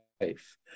life